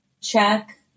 check